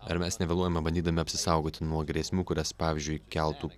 ar mes nevėluojame bandydami apsisaugoti nuo grėsmių kurias pavyzdžiui keltų